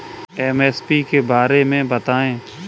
MSP के बारे में बतायें?